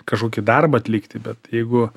kažkokį darbą atlikti bet jeigu